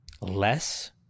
less